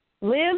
Live